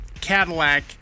cadillac